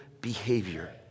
behavior